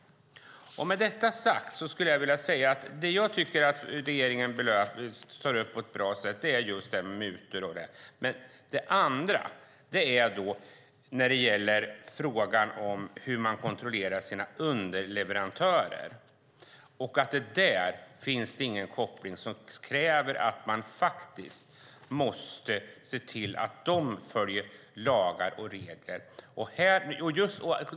Med detta sagt skulle jag vilja säga att jag tycker att regeringen tar upp just det här med mutor på ett bra sätt. Men när det gäller frågan om hur man kontrollerar sina underleverantörer finns det inget krav på att man måste se till att de följer lagar och regler.